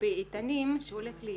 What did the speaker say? באיתנים שהולך להיות.